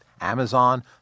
Amazon